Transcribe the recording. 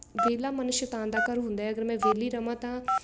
ਵੇਹਲਾ ਮਨ ਸ਼ੈਤਾਨ ਦਾ ਘਰ ਹੁੰਦਾ ਅਗਰ ਮੈਂ ਵਿਹਲੀ ਰਹਾਂ ਤਾਂ